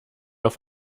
auf